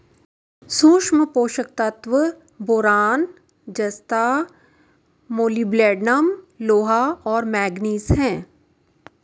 सूक्ष्म पोषक तत्व बोरान जस्ता मोलिब्डेनम लोहा और मैंगनीज हैं